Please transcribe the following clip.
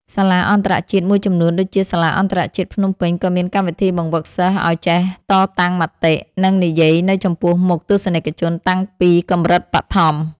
សាលាអន្តរជាតិមួយចំនួនដូចជា សាលាអន្តរជាតិភ្នំពេញ ក៏មានកម្មវិធីបង្វឹកសិស្សឱ្យចេះតតាំងមតិ និងនិយាយនៅចំពោះមុខទស្សនិកជនតាំងពីកម្រិតបឋម។